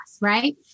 right